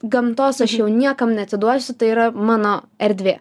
gamtos aš jau niekam neatiduosiu tai yra mano erdvė